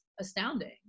astounding